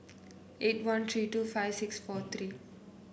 eight one three two five six four three